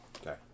Okay